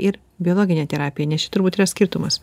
ir biologinė terapija nes čia turbūt yra skirtumas